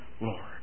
Lord